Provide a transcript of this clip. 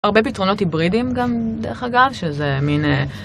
הרבה פתרונות היברידים גם דרך אגב שזה מין.